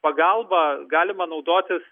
pagalba galima naudotis